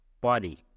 body